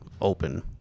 open